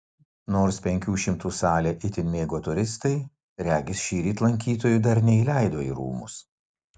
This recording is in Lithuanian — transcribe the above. nors penkių šimtų salę itin mėgo turistai regis šįryt lankytojų dar neįleido į rūmus